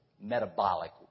metabolic